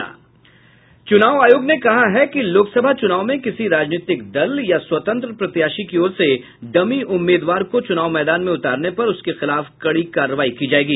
चुनाव आयोग ने कहा है कि लोकसभा चुनाव में किसी राजनीतिक दल या स्वतंत्र प्रत्याशी की ओर से डमी उम्मीदवार को चुनाव मैदान में उतारने पर उसके खिलाफ कड़ी कार्रवाई की जायेगी